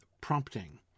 prompting